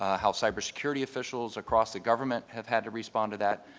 ah how cyber security officials across the government have had to respond to that,